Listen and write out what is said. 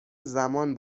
زمان